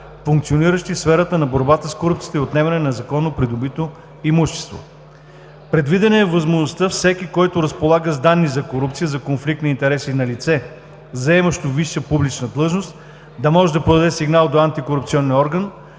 функциониращи в сферата на борбата с корупцията и отнемане на незаконно придобито имущество. Предвидена е възможността всеки, който разполага с данни за корупция и за конфликт на интереси за лице, заемащо висша публична длъжност, да може да подаде сигнал до антикорупционния орган,